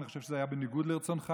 אני חושב שזה היה בניגוד לרצונך,